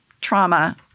trauma